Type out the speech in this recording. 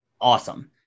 awesome